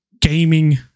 gaming